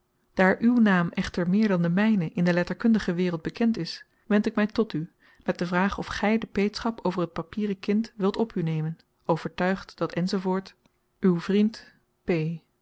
daar uw naam echter meer dan de mijne in de letterkundige wereld bekend is wend ik mij tot u met de vraag of gij de peetschap over het papieren kind wilt op u nemen overtuigd dat enz uw vriend